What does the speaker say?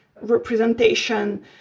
representation